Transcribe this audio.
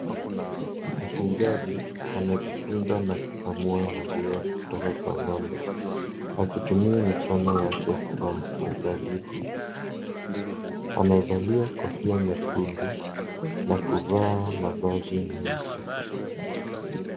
Mfugaji, amejipinda na kukamua maziwa kutoka kwa ng'ombe, akitumia mikono yake kwa uangalifu. Amevalia kofia nyekundu na kuvaa mavazi meusi.